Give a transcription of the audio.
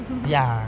ya